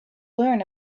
learn